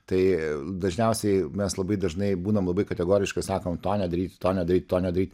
tai dažniausiai mes labai dažnai būnam labai kategoriškai sakom to nedaryti to nedaryt to nedaryt